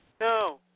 No